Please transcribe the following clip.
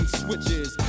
switches